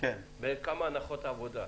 כמה הנחות עבודה.